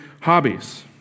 hobbies